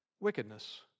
Wickedness